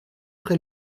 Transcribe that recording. près